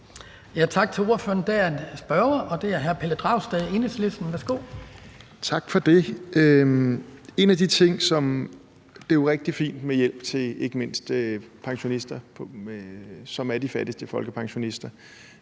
Tak til ordføreren. Der er en spørger, og det er hr. Pelle Dragsted, Enhedslisten. Værsgo. Kl. 11:30 Pelle Dragsted (EL): Tak for det. Det er rigtig fint med hjælp til ikke mindst pensionister, de fattigste folkepensionister,